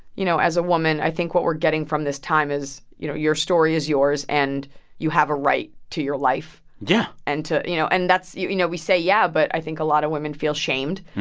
you know, as a woman, i think what we're getting from this time is, you know, your story is yours. and you have a right to your life yeah and to you know, and that's you you know, we say yeah, but i think a lot of women feel shamed.